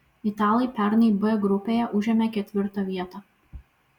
italai pernai b grupėje užėmė ketvirtą vietą